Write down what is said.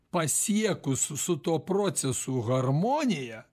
pasiekus su tuo procesu harmoniją